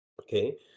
Okay